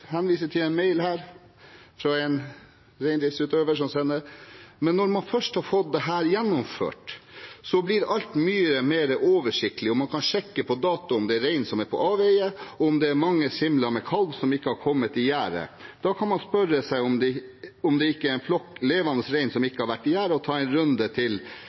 henvise til en mail fra en reindriftsutøver, som skriver: Men når man først har fått dette gjennomført, blir alt mye mer oversiktlig, og man kan sjekke på datoen om det er rein som er på avveier, og om det er mange simler med kalv som ikke har kommet i gjerdet. Da kan man spørre seg om det ikke er en flokk levende rein som ikke har vært i gjerdet og ta en runde til